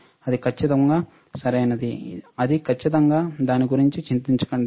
అది ఖచ్చితంగా సరైనది అది ఖచ్చితంగా దాని గురించి చింతించకండి